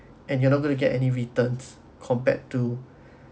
and you're not going to get any returns compared to